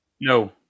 No